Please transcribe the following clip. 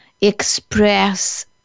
express